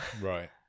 Right